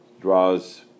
draws